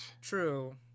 True